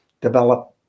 develop